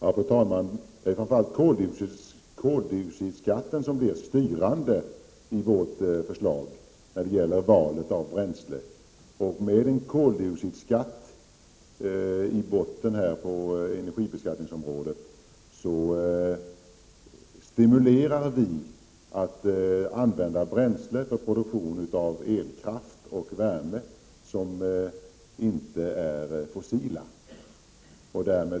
Fru talman! Det är alltså koldioxidskatten som blir styrande enligt vårt förslag när det gäller valet av bränsle. Med en koldioxidskatt i botten på energibeskattningsområdet stimulerar vi till att använda bränslen som inte är fossila till produktion av elkraft och värme.